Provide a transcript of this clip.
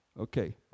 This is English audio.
Okay